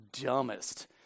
dumbest